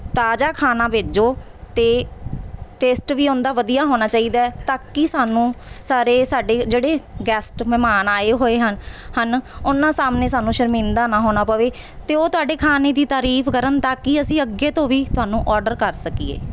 ਤਾਜ਼ਾ ਖਾਣਾ ਭੇਜੋ ਅਤੇ ਟੇਸਟ ਵੀ ਉਹਦਾ ਵਧੀਆ ਹੋਣਾ ਚਾਹੀਦਾ ਤਾਂ ਕਿ ਸਾਨੂੰ ਸਾਰੇ ਸਾਡੇ ਜਿਹੜੇ ਗੈਸਟ ਮਹਿਮਾਨ ਆਏ ਹੋਏ ਹਨ ਹਨ ਉਹਨਾਂ ਸਾਹਮਣੇ ਸਾਨੂੰ ਸ਼ਰਮਿੰਦਾ ਨਾ ਹੋਣਾ ਪਵੇ ਅਤੇ ਉਹ ਤੁਹਾਡੇ ਖਾਣੇ ਦੀ ਤਾਰੀਫ਼ ਕਰਨ ਤਾਂ ਕਿ ਅਸੀਂ ਅੱਗੇ ਤੋਂ ਵੀ ਤੁਹਾਨੂੰ ਔਡਰ ਕਰ ਸਕੀਏ